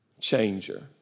changer